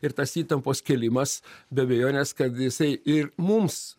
ir tas įtampos kėlimas be abejonės kad jisai ir mums